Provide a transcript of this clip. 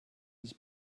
his